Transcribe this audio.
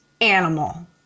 animal